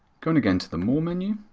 going again to the more menu,